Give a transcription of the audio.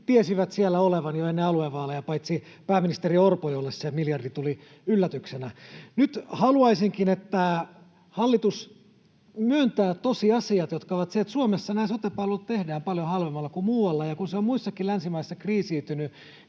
tiesivät siellä olevan jo ennen aluevaaleja, paitsi pääministeri Orpo, jolle se miljardi tuli yllätyksenä. Nyt haluaisinkin, että hallitus myöntää tosiasiat, jotka ovat, että Suomessa sote-palvelut tehdään paljon halvemmalla kuin muualla, ja kun ne ovat muissakin länsimaissa kriisiytyneet,